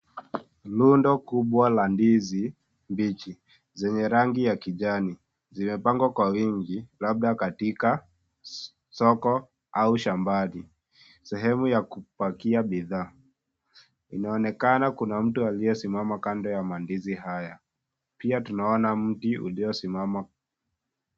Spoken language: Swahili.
Rundo kubwa la ndizi, mbichi ,zenye rangi ya kijani. Zimepangwa kwa wingi, labda katika soko au shambani. Sehemu ya kupakia bidhaa. Inaonekana kuna mtu aliyesimama kando ya mandizi haya. Pia tunaona mti uliosimama.